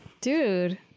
Dude